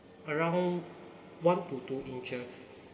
around one to two inches